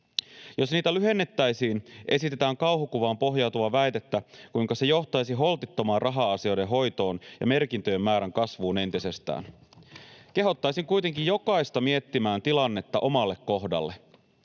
Jos niitä lyhennettäisiin, esitetään kauhukuvaan pohjautuvaa väitettä, kuinka se johtaisi holtittomaan raha-asioiden hoitoon ja merkintöjen määrän kasvuun entisestään. Kehottaisin kuitenkin jokaista miettimään tilannetta omalle kohdalleen.